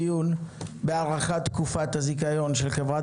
אנחנו מתחילים דיון על הארכת תקופת הזיכיון של חברת